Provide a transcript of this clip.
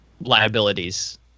liabilities